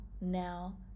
now